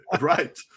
right